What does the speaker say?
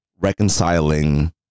reconciling